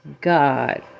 God